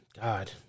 God